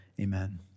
Amen